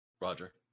Roger